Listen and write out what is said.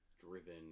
driven